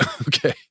Okay